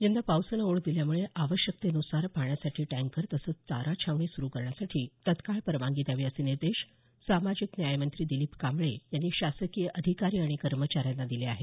यंदा पावसानं ओढ दिल्यामुळे आवश्यकतेनुसार पाण्यासाठी टँकर चारा छावणी सुरू करण्यासाठी तत्काळ परवानगी द्यावी असे निर्देश सामाजिक न्यायमंत्री दिलीप कांबळे यांनी शासकीय अधिकारी कर्मचाऱ्यांना दिले आहेत